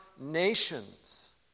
nations